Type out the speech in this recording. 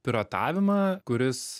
piratavimą kuris